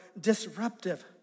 disruptive